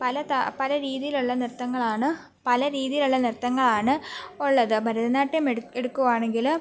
പലതാ പല രീതിയിള്ള നൃത്തങ്ങളാണ് പല രീതിയിലുള്ള നൃത്തങ്ങളാണ് ഉള്ളത് ഭാരതനാട്യം എടു എടുക്കുകയാണെങ്കിൽ